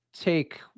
take